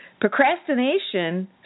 Procrastination